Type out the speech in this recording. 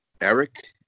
Eric